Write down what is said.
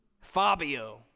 Fabio